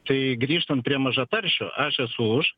tai grįžtant prie mažataršių aš esu už